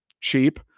cheap